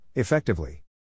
Effectively